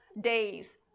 days